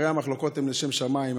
הרי המחלוקות הן לשם שמיים,